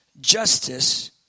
justice